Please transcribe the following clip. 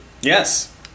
Yes